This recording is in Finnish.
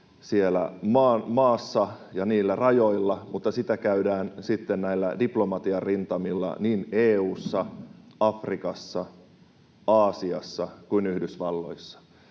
siellä maassa ja niillä rajoilla, mutta sitä käydään myös sitten diplomatian rintamilla niin EU:ssa, Afrikassa, Aasiassa kuin Yhdysvalloissakin.